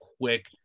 quick